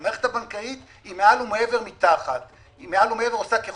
המערכת הבנקאית עושה מעל ומעבר,